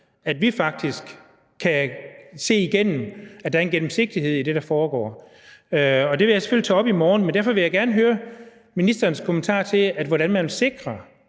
at vi faktisk kan se igennem, altså at der er en gennemsigtighed i det, der foregår? Og det vil jeg selvfølgelig tage op i morgen, men derfor vil jeg alligevel gerne høre ministerens kommentar til, hvordan man sikrer,